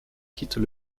quittent